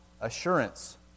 assurance